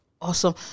awesome